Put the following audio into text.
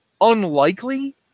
unlikely